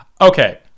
Okay